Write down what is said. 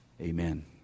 amen